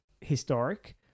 historic